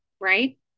Right